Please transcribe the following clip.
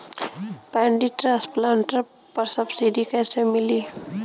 Paddy transplanter पर subsidy कैसे मिली?